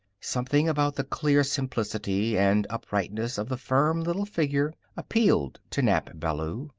something about the clear simplicity and uprightness of the firm little figure appealed to nap ballou.